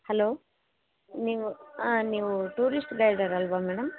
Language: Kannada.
ಹಲೋ ನೀವು ಆಂ ನೀವು ಟೂರಿಸ್ಟ್ ಗೈಡರಲ್ವಾ ಮೇಡಮ್